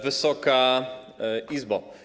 Wysoka Izbo!